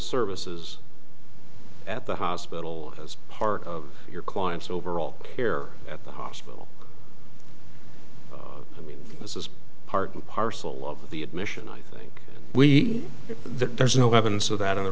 services at the hospital as part of your client's overall care at the hospital i mean this is part and parcel of the admission i think we there's no evidence of that on the